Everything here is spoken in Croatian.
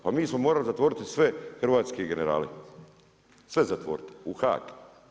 Pa mi smo morali zatvoriti sve hrvatske generale, sve zatvoriti u HAG.